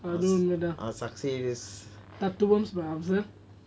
அதுவும்உண்மைதான்தத்துவம்:adhuvum unmathan thathuvam I observe